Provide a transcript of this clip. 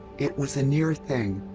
it was a near thing.